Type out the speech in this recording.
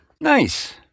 Nice